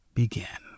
begin